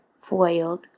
foiled